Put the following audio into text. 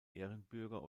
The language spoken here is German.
ehrenbürger